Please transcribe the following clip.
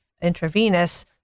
intravenous